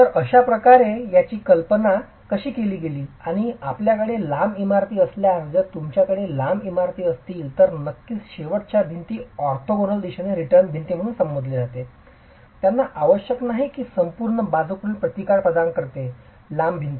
तर अशाप्रकारे त्यांची कल्पना कशी केली गेली आणि आपल्याकडे लांब इमारती असल्यास जर तुमच्याकडे लांब इमारती असतील तर नक्कीच शेवटच्या भिंती ज्यास ऑर्थोगोनल दिशेने रिटर्न भिंती म्हणून संबोधले जाते त्यांना आवश्यक नाही की संपूर्ण बाजूकडील प्रतिकार प्रदान करते लांब भिंती